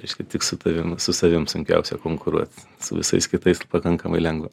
reiškia tik su tavim su savim sunkiausia konkuruot su visais kitais pakankamai lengva